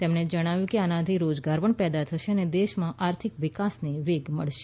તેમણે જણાવ્યું કે આનાથી રોજગાર પણ પેદા થશે અને દેશમાં આર્થિક વિકાસને વેગ મળશે